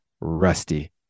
rusty